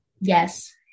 yes